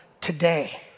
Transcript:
today